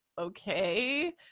okay